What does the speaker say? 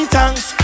Thanks